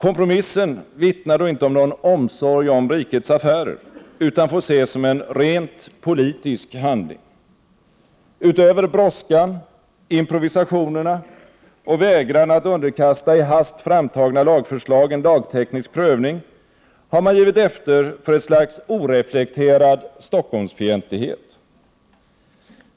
Kompromissen vittnar inte om någon omsorg om rikets affärer utan får ses som en rent politisk handling. Utöver brådskan, improvisationerna och vägran att underkasta i hast framtagna lagförslag en lagteknisk prövning har man givit efter för ett slags oreflekterad Stockholms-fientlighet.